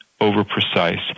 over-precise